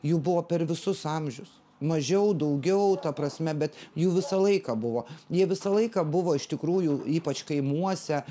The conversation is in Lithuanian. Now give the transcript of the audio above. jų buvo per visus amžius mažiau daugiau ta prasme bet jų visą laiką buvo jie visą laiką buvo iš tikrųjų ypač kaimuose